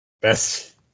best